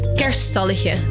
kerststalletje